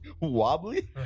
wobbly